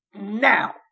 now